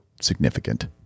significant